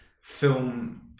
film